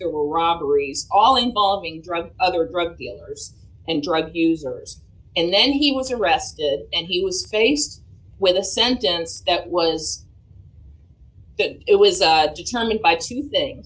were robberies all involving drugs other drug dealers and drug users and then he was arrested and he was faced with a sentence that was that it was determined by t